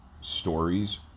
stories